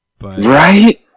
right